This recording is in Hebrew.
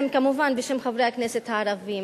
כמובן, בשם חברי הכנסת הערבים.